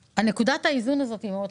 נקודת האיזון הזאת מאוד חשובה.